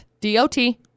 D-O-T